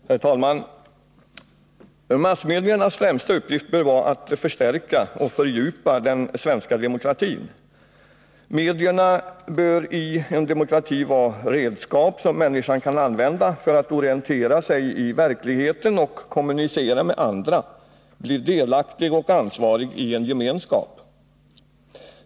Herr talman! Massmediernas främsta uppgift bör vara att förstärka och fördjupa den svenska demokratin. Medierna bör i en demokrati vara redskap som människan kan använda för att orientera sig i verkligheten och kommunicera med andra — för att bli delaktig och ansvarig i en gemenskap.